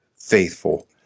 faithful